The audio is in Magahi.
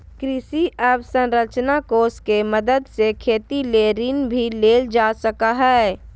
कृषि अवसरंचना कोष के मदद से खेती ले ऋण भी लेल जा सकय हय